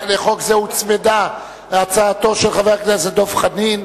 לחוק זה הוצמדה הצעתו של חבר הכנסת דב חנין.